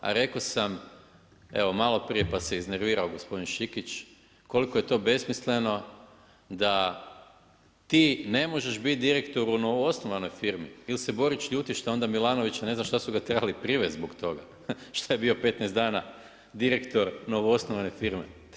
A rekao sam, evo malo prije pa se iznervirao gospodin Šikić koliko je to besmisleno da ti ne možeš biti direktor u novoosnovanoj firmi ili se Borić ljuti što onda Milanović, ne znam šta su ga trebali privesti zbog toga šta je bio 15 dana direktor novoosnovane firme.